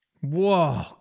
Whoa